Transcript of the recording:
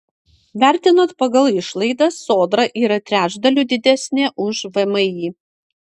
vertinant pagal išlaidas sodra yra trečdaliu didesnė už vmi